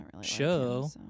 show